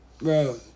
Bro